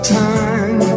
time